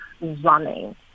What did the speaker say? running